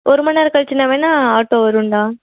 ஒரு மணிநேரம் கழிச்சுன்னா வேணால் ஆட்டோ வரும்டா